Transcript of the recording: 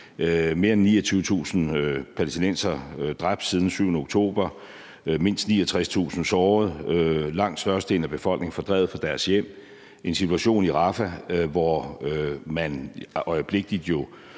mere end 29.000 palæstinensere dræbt siden den 7. oktober, mindst 69.000 sårede, langt størstedelen af befolkningen fordrevet fra deres hjem og en situation i Rafah, hvor man jo i øjeblikket huser